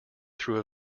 through